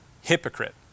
hypocrite